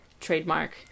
trademark